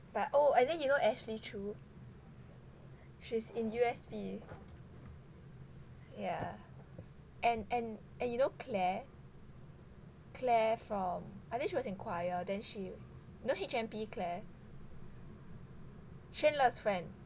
but oh and then you know ashley chew she's in U_S_P yeah and and and you know claire claire from I think she was in choir then she you know H_M_P claire xuan le friend